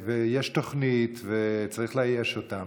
יש תוכנית, וצריך לאייש אותה.